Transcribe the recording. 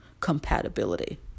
compatibility